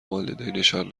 والدینشان